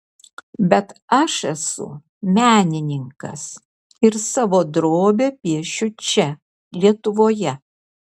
bet aš esu menininkas ir savo drobę piešiu čia lietuvoje